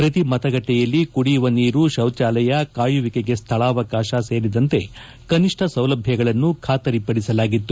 ಪ್ರತಿ ಮತಗಟ್ಟೆಯಲ್ಲಿ ಕುಡಿಯುವ ನೀರು ಶೌಜಾಲಯ ಕಾಯುವಿಕೆಗೆ ಸ್ವಳಾವಕಾಶ ಸೇರಿದಂತೆ ಕನಿಷ್ಠ ಸೌಲಭ್ದಗಳನ್ನು ಖಾತರಿಪಡಿಸಲಾಗಿತ್ತು